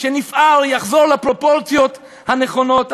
שנפער יחזור לפרופורציות הנכונות,